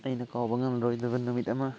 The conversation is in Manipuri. ꯑꯩꯅ ꯀꯥꯎꯕ ꯉꯝꯂꯔꯣꯏꯗꯕ ꯅꯨꯃꯤꯠ ꯑꯃ